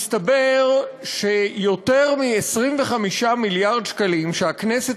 מסתבר שיותר מ-25 מיליארד שקלים שהכנסת